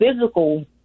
physical